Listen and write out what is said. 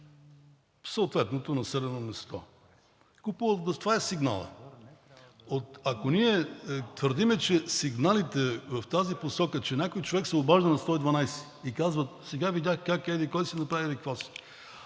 съответното населено място. Това е сигналът. Ако ние твърдим, че сигналите в тази посока са, че някой човек се обажда на 112 и казва: сега видях как еди-кой си направи еди-какво